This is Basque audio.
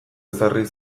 ezarri